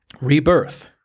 rebirth